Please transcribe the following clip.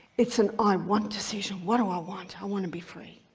it's an i um want decision, what do i want? i want to be free.